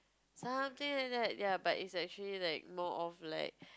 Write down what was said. something like that ya but is actually like more of like